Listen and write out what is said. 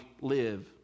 live